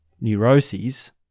neuroses